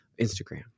Instagram